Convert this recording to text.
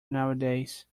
nowadays